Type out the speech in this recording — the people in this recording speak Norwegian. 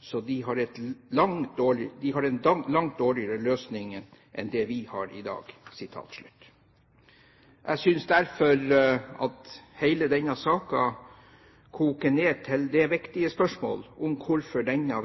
så de har en langt dårligere løsning enn det vi har pr. i dag.» Jeg synes derfor at hele denne saken koker ned til det viktige spørsmålet om hvorfor denne